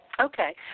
Okay